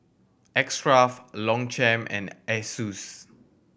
X Craft Longchamp and Asus